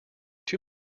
too